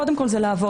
קודם כול זה לעבוד,